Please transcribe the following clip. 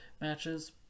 matches